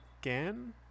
again